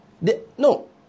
No